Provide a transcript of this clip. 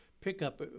pickup